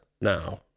now